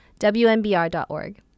WNBR.org